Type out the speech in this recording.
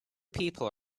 people